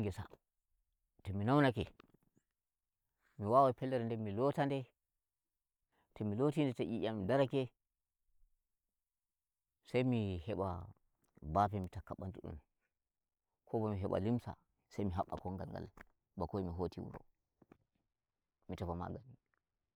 Ngesa to mi naunake, mi wawai fellere nden mi lota nde, to mi loti nde to yiyam darake, sai mi heba bafe mi takka bandu dum, ko bo mi heba limsa sai mi habba kongal ngal, bako mi hota wuro mi tefa magani.